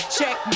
Check